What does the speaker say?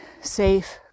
safe